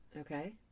Okay